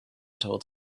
told